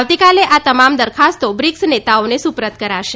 આવતીકાલે આ તમામ દરખાસ્તો બ્રિક્સ નેતાઓએ સુપરત કરાશે